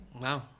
Wow